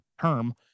term